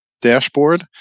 dashboard